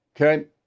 Okay